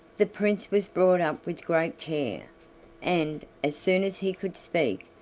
the prince was brought up with great care and, as soon as he could speak,